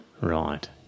Right